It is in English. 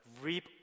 reap